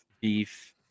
beef